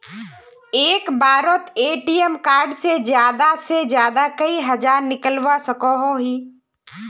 एक बारोत ATM card से ज्यादा से ज्यादा कई हजार निकलवा सकोहो ही?